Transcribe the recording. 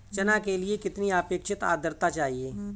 चना के लिए कितनी आपेक्षिक आद्रता चाहिए?